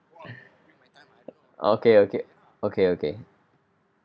okay okay okay okay